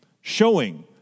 showing